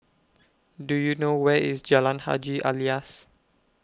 Do YOU know Where IS Jalan Haji Alias